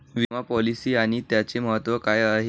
विमा पॉलिसी आणि त्याचे महत्व काय आहे?